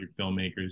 filmmakers